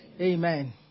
Amen